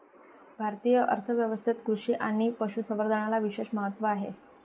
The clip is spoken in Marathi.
भारतीय अर्थ व्यवस्थेत कृषी आणि पशु संवर्धनाला विशेष महत्त्व आहे